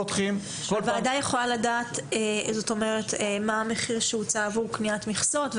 הוועדה יכולה לדעת מה המחיר שהוצע עבור קניית מכסות?